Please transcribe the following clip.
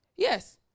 Yes